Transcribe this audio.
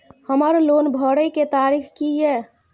हमर लोन भरय के तारीख की ये?